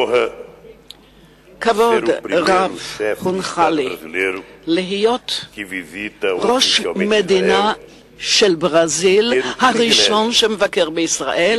כבוד רב ניתן לי להיות ראש המדינה הראשון של ברזיל שמבקר בישראל,